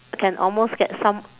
can almost get some